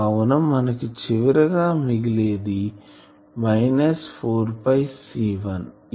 కావున మనకు చివరగా మిగిలేది మైనస్ 4 C1